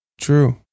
True